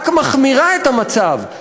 רק מחמירה את המצב,